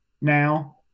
now